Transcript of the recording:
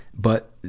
but,